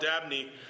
Dabney